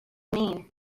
mean